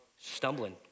stumbling